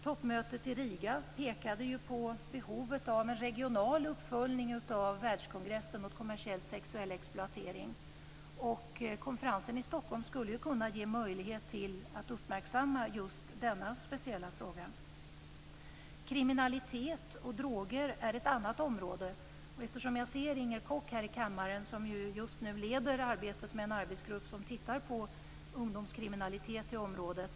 Toppmötet i Riga pekade ju på behovet av en regional uppföljning av världskongressen mot kommersiell sexuell exploatering, och konferensen i Stockholm skulle kunna ge oss möjlighet att uppmärksamma just denna speciella fråga. Kriminalitet och droger är ett annat område. Jag ser nu här i kammaren Inger Koch, som just leder arbetet i en arbetsgrupp som tittar på ungdomskriminalitet i området.